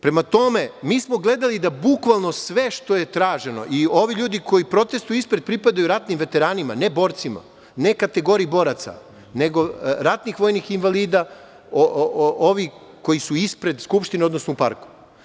Prema tome, mi smo gledali da bukvalno sve što je traženo i ovi ljudi koji protestvuju ispred pripadaju ratnim veteranima, ne borcima, ne kategoriji boraca, nego ratnih vojnih invalida, ovih koji su ispred Skupštine, odnosno u parku.